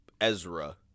Ezra